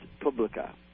publica